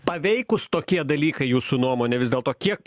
paveikūs tokie dalykai jūsų nuomone vis dėlto kiek